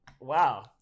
wow